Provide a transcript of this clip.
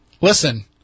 Listen